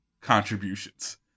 contributions